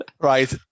Right